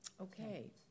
Okay